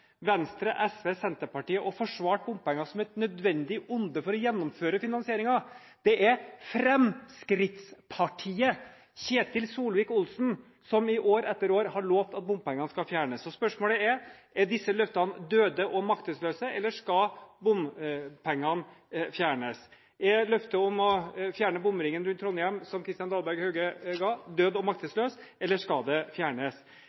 Venstre, SV og Senterpartiet og forsvart bompenger som et nødvendig onde for å gjennomføre finansieringen. Det er Fremskrittspartiet og Ketil Solvik-Olsen som i år etter år har lovet at bompengene skal fjernes. Spørsmålet er: Er disse løftene døde og maktesløse, eller skal bompengene fjernes? Er løftet om å fjerne bomringen i Trondheim, som Kristian Dahlberg Hauge ga, dødt og maktesløs, eller skal de fjernes?